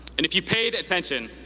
and if you paid attention,